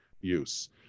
use